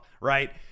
right